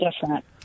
different